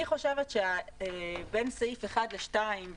אני חושבת שבין סעיף 1 ל-2,